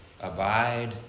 abide